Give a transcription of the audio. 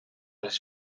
les